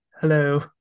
Hello